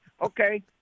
Okay